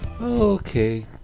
Okay